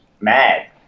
mad